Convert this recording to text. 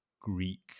Greek